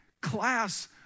class